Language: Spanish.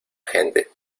gente